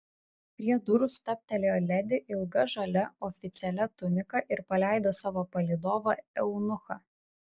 prie durų stabtelėjo ledi ilga žalia oficialia tunika ir paleido savo palydovą eunuchą